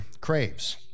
craves